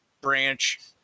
branch